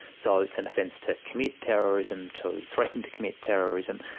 so it's an offence to commit terrorism, to threaten to commit terrorism,